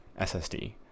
SSD